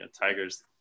Tiger's